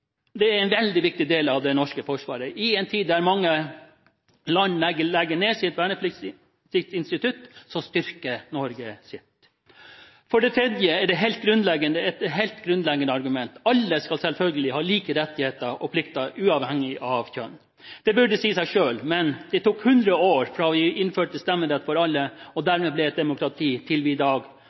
del av det norske forsvaret. I en tid der mange land legger ned sitt vernepliktsinstitutt, styrker Norge sitt. For det tredje er det et helt grunnleggende argument: Alle skal selvfølgelig ha like rettigheter og plikter, uavhengig av kjønn. Det burde si seg selv, men det tok 100 år fra vi innførte stemmerett for alle, og dermed ble et demokrati, til vi i dag